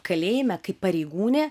kalėjime pareigūnė